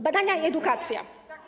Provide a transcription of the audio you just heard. Badania i edukacja.